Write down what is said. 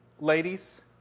ladies